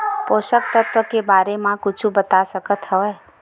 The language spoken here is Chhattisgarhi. पोषक तत्व के बारे मा कुछु बता सकत हवय?